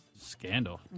Scandal